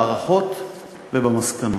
בהערכות ובמסקנות".